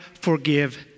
forgive